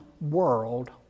world